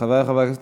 חברי חברי הכנסת,